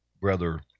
Brother